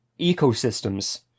ecosystems